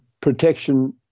protection